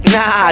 Nah